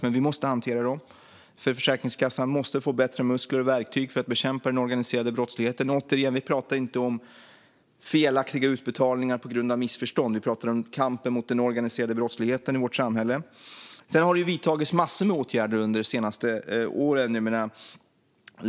Det måste vi göra, för Försäkringskassan måste få bättre muskler och verktyg för att bekämpa den organiserade brottsligheten. Återigen: Vi pratar inte om felaktiga utbetalningar på grund av missförstånd. Vi pratar om kampen mot den organiserade brottsligheten i vårt samhälle. Det har vidtagits massor med åtgärder under de senaste åren.